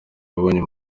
yabonye